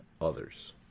others